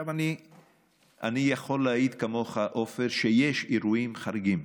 אני יכול להעיד, כמוך, עופר, שיש אירועים חריגים,